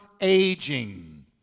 aging